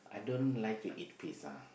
I don't like to eat pizza